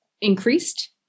increased